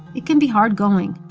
it can be hard going.